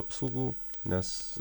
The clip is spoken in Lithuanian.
apsaugų nes